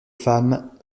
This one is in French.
femmes